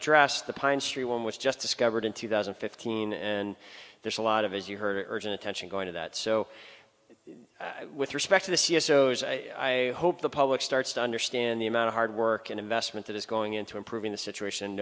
addressed the pine street one was just discovered in two thousand and fifteen and there's a lot of as you heard urgent attention going to that so with respect to the c s i shows i hope the public starts to understand the amount of hard work and investment that is going into improving the situation